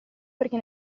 perché